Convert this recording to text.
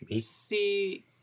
See